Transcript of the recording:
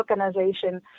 organization